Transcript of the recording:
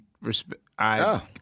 respect—I